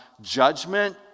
judgment